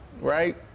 Right